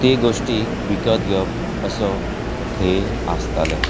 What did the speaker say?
ती गोश्टी विकत घेवप असो धेर्य आसतालें